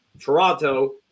Toronto